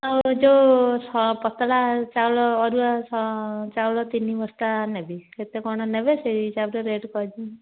ଆଉ ଯେଉଁ ପତଳା ଚାଉଳ ଅରୁଆ ଚାଉଳ ତିନି ବସ୍ତା ନେବି କେତେ କ'ଣ ନେବେ ସେହି ହିସାବରେ ରେଟ୍ କହିଦିଅନ୍ତୁ